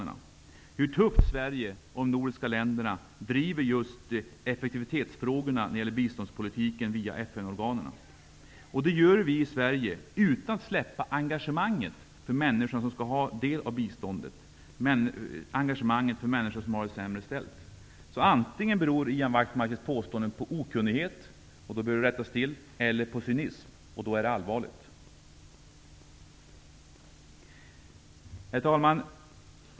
Han hade då fått höra hur tufft Sverige och de nordiska länderna driver just effektivitetsfrågorna när det gäller biståndspolitiken via FN-organen. Det gör vi i Sverige utan att släppa engagemanget för de människor som skall ha del av biståndet, engagemanget för människor som har det sämre ställt. Ian Wachtmeisters påstående beror antingen på okunnighet -- och då bör det rättas till -- eller på cynism, och då är det allvarligt. Herr talman!